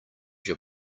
your